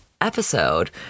episode